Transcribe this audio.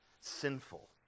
Sinful